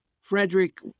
Frederick